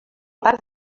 parc